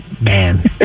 Man